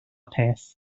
peth